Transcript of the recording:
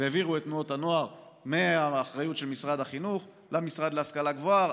והעבירו את תנועות הנוער מהאחריות של משרד החינוך למשרד להשכלה גבוהה,